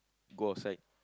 go outside